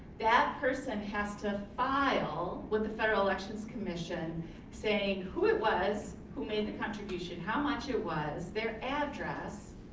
that person has to file with the federal elections commission saying who it was, who made the contribution, how much it was, their address,